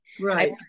Right